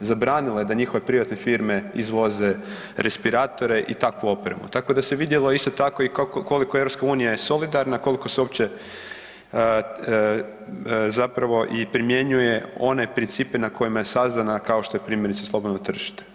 zabranile da njihove privatne firme izvoze respiratore i takvu opremu, tako se vidjelo isto tako koliko je EU solidarna, koliko se uopće i primjenjuje one principe na kojima je sazdana kao što je primjerice slobodno tržište.